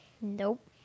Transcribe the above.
Nope